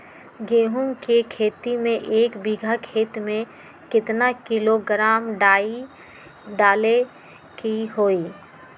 गेहूं के खेती में एक बीघा खेत में केतना किलोग्राम डाई डाले के होई?